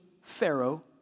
Pharaoh